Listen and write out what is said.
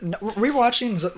re-watching